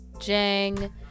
jang